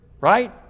right